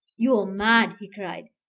you are mad, he cried.